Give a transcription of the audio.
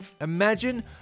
Imagine